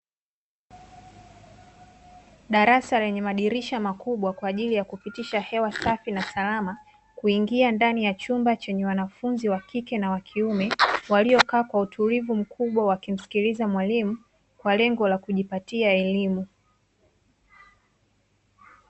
Darasa lenye madirisha makubwa kwa ajili ya kupitisha hewa safi na salama kuingia ndani ya chumba chenye wanafunzi wa kike na wakiume, waliokaa kwa utulivu mkubwa wakimsikiliza mwalimu kwa lengo la kujipatia elimu .